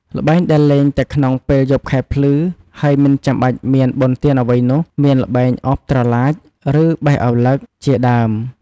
ល្បែងដែលលេងតែក្នុងពេលយប់ខែភ្លឺ ហើយមិនចាំបាច់មាន បុណ្យទានអ្វីនោះ មាន ល្បែងឱបត្រឡាច ឬ បេះឪឡឹក ជាដើម ។